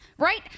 Right